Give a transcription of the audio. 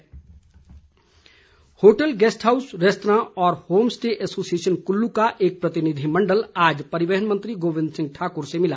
प्रतिनिधिमंडल hotel guest house restaurant व home stay association Kullu का एक प्रतिनिधिमंडल आज परिवहन मंत्री गोविंद सिंह ठाक्र से मिला